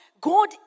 God